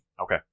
Okay